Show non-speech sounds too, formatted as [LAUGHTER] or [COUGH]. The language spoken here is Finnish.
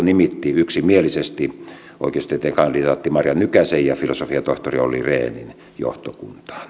[UNINTELLIGIBLE] nimitti yksimielisesti oikeustieteen kandidaatti marja nykäsen ja filosofian tohtori olli rehnin johtokuntaan